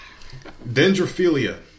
Dendrophilia